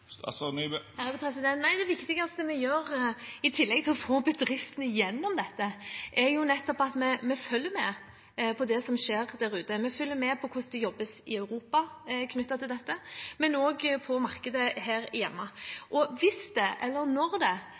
Det viktigste vi gjør, i tillegg til å få bedriftene gjennom dette, er nettopp at vi følger med på det som skjer der ute. Vi følger med på hvordan det jobbes i Europa knyttet til dette, men også på markedet her hjemme. Hvis eller når det skulle bli aktuelt å gå inn og kjøpe opp en bedrift – enten kjøpe seg inn eller